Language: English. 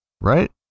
Right